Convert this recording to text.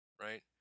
right